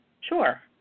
sure